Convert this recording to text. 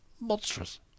monstrous